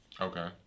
Okay